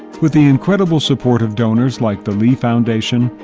with the incredible support of donors like the lee foundation,